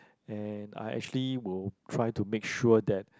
and I actually will try to make sure that